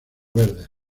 verdes